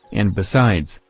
and besides,